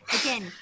Again